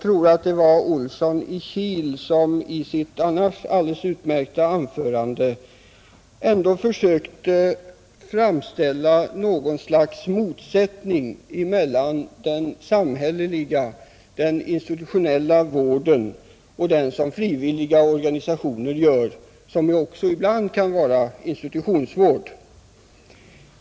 Herr Olsson i Kil försökte i sitt i övrigt alldeles utmärkta anförande framställa det hela som om det vore något slags motsättning mellan den samhälleliga, institutionella vården och den som frivilliga organisationer ger — även den senare kan ju ibland vara institutionsvård.